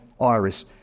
iris